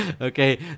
Okay